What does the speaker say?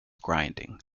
grinding